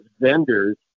vendors